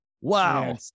Wow